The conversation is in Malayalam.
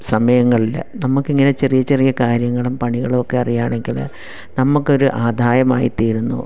സമയങ്ങളിൽ നമുക്കിങ്ങനെ ചെറിയ ചെറിയ കാര്യങ്ങളും പണികളുമൊക്കെ അറിയുകയാണെങ്കിൽ നമുക്കൊരു ആദായമായി തീരുന്നു